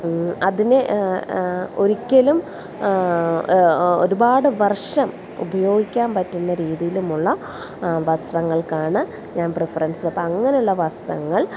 അതിനെ ഒരിക്കലും ഒരുപാട് വർഷം ഉപയോഗിക്കാൻ പറ്റുന്ന രീതിയിലുമുള്ള വസ്ത്രങ്ങൾക്കാണ് ഞാൻ പ്രിഫറൻസ് അപ്പം അങ്ങനെയുള്ള വസ്ത്രങ്ങൾ